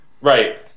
Right